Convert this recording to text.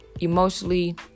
emotionally